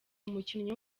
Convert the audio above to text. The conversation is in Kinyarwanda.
umukinnyi